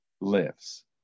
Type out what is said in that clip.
lives